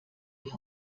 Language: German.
wir